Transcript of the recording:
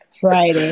friday